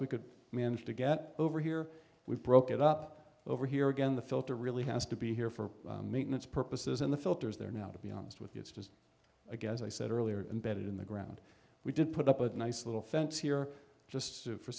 we could manage to get over here we broke it up over here again the filter really has to be here for maintenance purposes and the filter is there now to be honest with you it's just a guess as i said earlier embedded in the ground we did put up with a nice little fence here just for